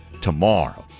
tomorrow